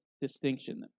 distinction